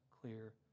clear